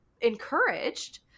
encouraged